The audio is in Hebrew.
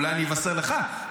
אולי אני אבשר לך,